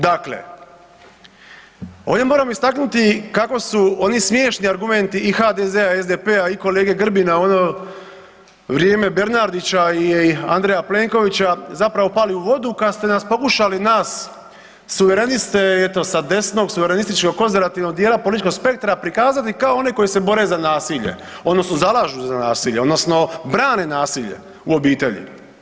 Dakle, ovdje moram istaknuti kako su oni smiješni argumenti i HDZ-a i SDP-a i kolege Grbina u ono vrijeme Bernardića i Andreja Plenkovića zapravo pali u vodu kad ste nas pokušali nas suvereniste eto sa desnog suverenističkog i konzervativnog dijela političkog spektra prikazati kao one koji se bore za nasilje odnosno zalažu za nasilje odnosno brane nasilje u obitelji.